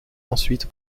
ensuite